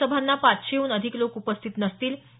या सभांना पाचशेहून अधिक लोक उपस्थित नसतील